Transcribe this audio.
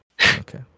Okay